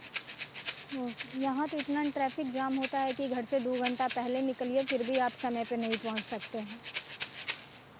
यहाँ तो इतना ट्रैफिक जाम होता है कि घर से दो घंटा पेहले निकलिए फिर भी आप समय पनहीं पोहौंच सकते हैं